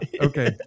Okay